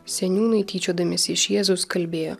seniūnai tyčiodamiesi iš jėzus kalbėjo